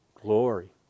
glory